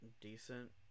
decent